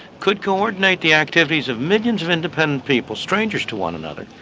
could coordinate the activities of millions of independent people, strangers to one another,